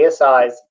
ASI's